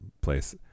place